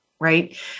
right